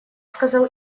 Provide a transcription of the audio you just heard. сказал